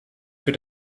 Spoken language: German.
für